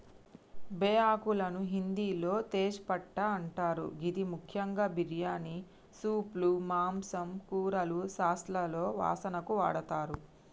బేఆకులను హిందిలో తేజ్ పట్టా అంటరు గిది ముఖ్యంగా బిర్యానీ, సూప్లు, మాంసం, కూరలు, సాస్లలో వాసనకు వాడతరు